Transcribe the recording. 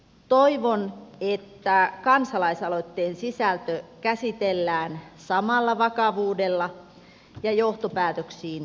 toivon että kansalaisaloitteen sisältö käsitellään samalla vakavuudella ja johtopäätöksiin päätyen